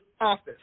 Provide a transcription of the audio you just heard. office